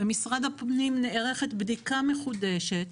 במשרד הפנים נערכת בדיקה מחודשת.